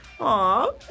Aw